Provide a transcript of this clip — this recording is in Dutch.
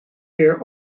weer